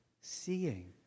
Seeing